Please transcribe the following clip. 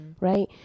right